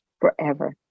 forever